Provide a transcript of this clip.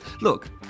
Look